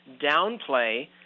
downplay